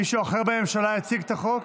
מישהו אחר בממשלה יציג את החוק?